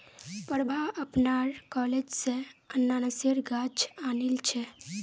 प्रभा अपनार कॉलेज स अनन्नासेर गाछ आनिल छ